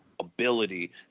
ability